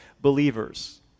believers